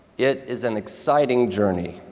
it is an exciting journey.